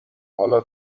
حالا